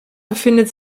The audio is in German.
befindet